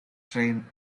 train